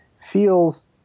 feels